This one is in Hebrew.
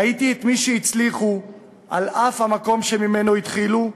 ראיתי את מי שהצליחו על אף המקום שממנו התחילו,